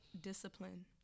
discipline